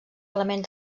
element